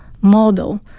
model